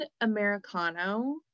Americano